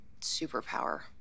superpower